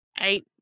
eight